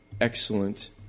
excellent